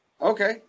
Okay